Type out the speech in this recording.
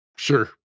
Sure